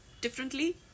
differently